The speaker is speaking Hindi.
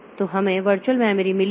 तो हमें वर्चुअल मेमोरी मिली है